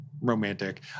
Romantic